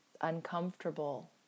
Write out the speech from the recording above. uncomfortable